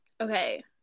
Okay